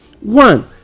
one